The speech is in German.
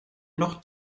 noch